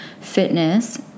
fitness